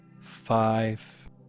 Five